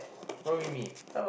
probably me